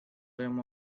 them